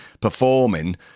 performing